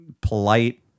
polite